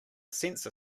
sensor